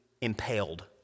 impaled